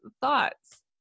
thoughts